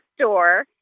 store